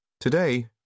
Today